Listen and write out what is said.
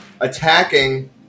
attacking